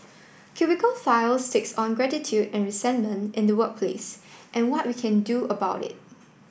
cubicle files takes on gratitude and resentment in the workplace and what we can do about it